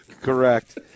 Correct